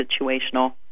situational